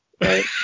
right